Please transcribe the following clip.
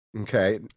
Okay